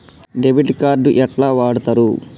Debit card ఎట్లా వాడుతరు?